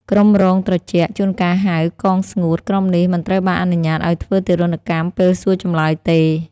ក្រុមរងត្រជាក់ (ជួនកាលហៅ កងស្ងួត) ក្រុមនេះ មិនត្រូវបានអនុញ្ញាតឱ្យធ្វើទារុណកម្ម ពេលសួរចម្លើយទេ។